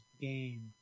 game